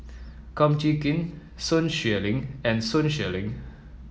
Kum Chee Kin Sun Xueling and Sun Xueling